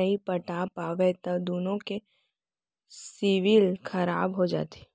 नइ पटा पावय त दुनो के सिविल खराब हो जाथे